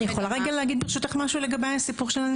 אני יכולה להגיד ברשותך משהו לגבי הסיפור של הנתונים?